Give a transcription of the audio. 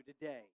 today